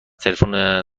تلفن